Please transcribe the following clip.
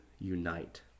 unite